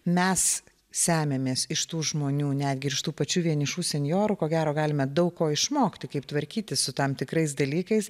mes semiamės iš tų žmonių netgi iš tų pačių vienišų senjorų ko gero galime daug ko išmokti kaip tvarkytis su tam tikrais dalykais